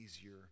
easier